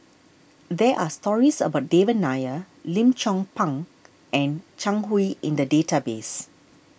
there are stories about Devan Nair Lim Chong Pang and Zhang Hui in the database